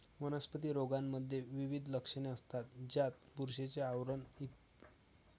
वनस्पती रोगांमध्ये विविध लक्षणे असतात, ज्यात बुरशीचे आवरण इ